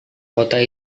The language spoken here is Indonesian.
kota